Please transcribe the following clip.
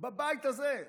בבית הזה?